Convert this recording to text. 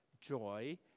joy